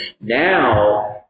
now